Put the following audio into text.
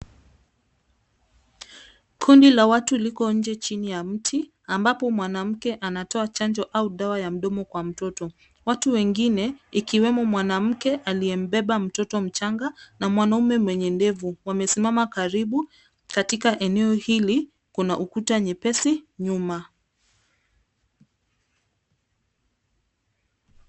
Kundi la watu liko nje chini ya miti ambapo mwanamke anatoa chanjo au dawa ya mdomo kwa mtoto. Watu wengine, ikiwemo mwanamke aliyembeba mtoto mchanga na mwanaume mwenye ndevu, wamesimama karibu katika eneo hili kuna ukuta nyepesi nyuma.